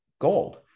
gold